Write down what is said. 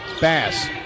Bass